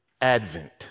Advent